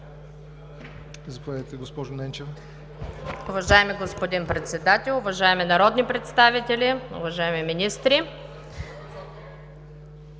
Заповядайте, госпожо Ненчева.